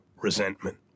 resentment